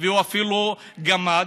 והוא אפילו גמד,